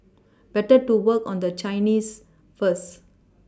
better to work on the Chinese first